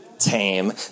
tame